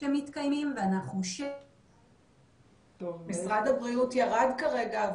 שמתקיימים ואנחנו --- משרד הבריאות ירד כרגע,